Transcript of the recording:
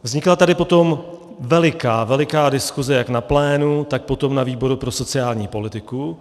Vznikla tady potom veliká, veliká diskuse jak na plénu, tak potom na výboru pro sociální politiku.